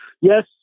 Yes